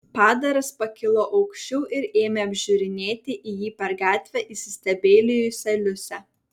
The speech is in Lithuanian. padaras pakilo aukščiau ir ėmė apžiūrinėti į jį per gatvę įsistebeilijusią liusę